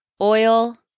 oil